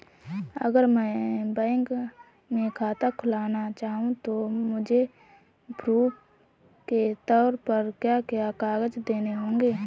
अगर मैं बैंक में खाता खुलाना चाहूं तो मुझे प्रूफ़ के तौर पर क्या क्या कागज़ देने होंगे?